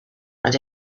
and